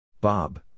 Bob